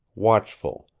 watchful,